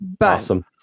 Awesome